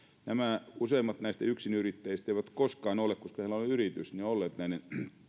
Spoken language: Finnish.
useimmat näistä yksinyrittäjistä eivät koskaan ole koska heillä on yritys olleet näiden